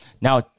Now